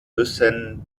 müssen